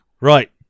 Right